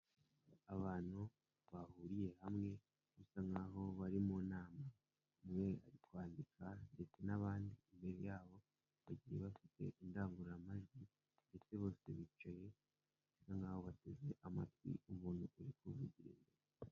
Abantu bahuriye hamwe bisa nkaho bari mu nama, umwe ari kwandika ndetse n'abandi imbere yabo bagiye bafite indangururamajwi ndetse bose bicaye nkaho bateze amatwi umuntu uri kuvugira.